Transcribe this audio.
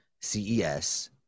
CES